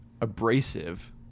abrasive